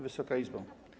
Wysoka Izbo!